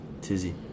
Tizzy